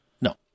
No